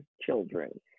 children